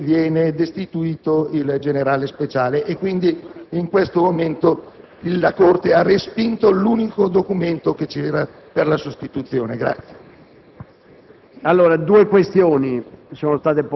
perché manca l'atto con cui viene destituito il generale Speciale. Quindi, in questo momento la Corte ha respinto l'unico documento che c'era per la sostituzione.